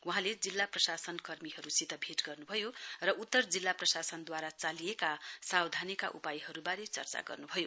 वहाँले जिल्ला प्रशासन अधिकारीहरुसित भेट गर्नुभयो र उत्तर जिल्ला प्रशासनद्वारा चालिएका सावधानीका उपायहरुवारे चर्चा गर्नुभयो